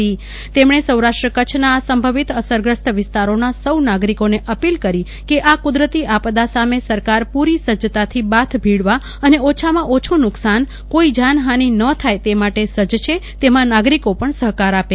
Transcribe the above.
મુખ્યમંત્રીશ્રીએ સૌરાષ્ટ્ર કચ્છના આ સંભવિત અસરગ્રસ્ત વિસ્તારોના સૌ નાગરીકોને અપીલ કરી કે આ કુદરતી આપદા સામે સરકાર પુરી સજ્જતાથી બાથ ભીડવા અને ઓછામાંઓછું નુકશાન કોઈ જાનહાનિ ન થાય તે માટે સજ્જ છે તેમાં નાગરીકો પણ સહાકાર આપે